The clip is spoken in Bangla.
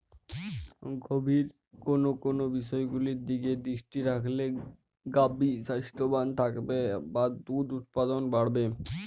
গাভীর কোন কোন বিষয়গুলোর দিকে দৃষ্টি রাখলে গাভী স্বাস্থ্যবান থাকবে বা দুধ উৎপাদন বাড়বে?